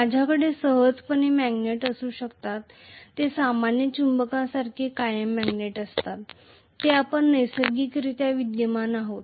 माझ्याकडे सहजपणे मॅग्नेट असू शकतात जे सामान्य चुंबकांसारखे कायम मॅग्नेट असतात जे आपण नैसर्गिकरित्या विद्यमान आहोत